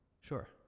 Sure